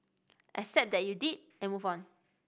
accept that you did and move on